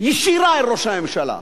ישירה אל ראש הממשלה.